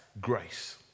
grace